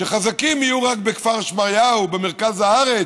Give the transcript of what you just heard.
שחזקים יהיו רק בכפר שמריהו, במרכז הארץ,